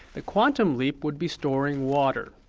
the quantum leap would be storing water,